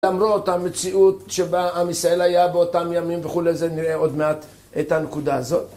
למרות המציאות שבה עם ישראל היה באותם ימים וכולי זה נראה עוד מעט את הנקודה הזאת.